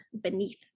beneath